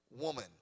Woman